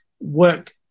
work